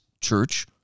church